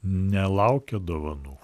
nelaukia dovanų